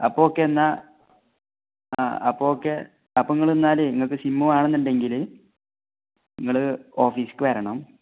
അപ്പം ഓക്കെ എന്നാൽ ആ അപ്പോൾ ഓക്കെ അപ്പം നിങ്ങൾ എന്നാൽ നിങ്ങൾക്ക് സിമ്മു വേണമെന്നുണ്ടെങ്കിൽ നിങ്ങൾ ഓഫീസിലേക്ക് വരണം